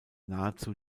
nahezu